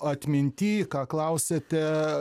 atminty ką klausiate